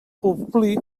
complir